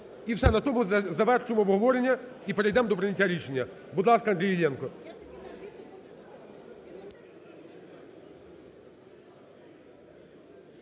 І все, на тому завершимо обговорення і перейдемо до прийняття рішення. Будь ласка, Андрій Іллєнко.